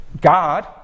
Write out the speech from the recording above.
God